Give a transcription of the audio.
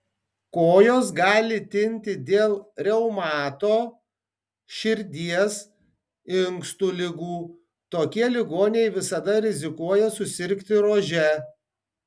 kojos gali tinti dėl reumato širdies inkstų ligų tokie ligoniai visada rizikuoja susirgti rože